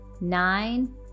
nine